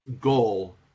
goal